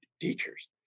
teachers